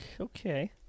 Okay